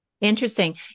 Interesting